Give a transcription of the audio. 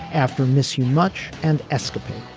after miss you much and escapade